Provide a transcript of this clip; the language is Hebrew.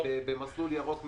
במסלול ירוק מבחינתך,